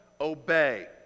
Obey